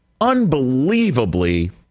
unbelievably